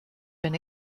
been